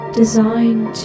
designed